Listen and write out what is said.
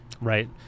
Right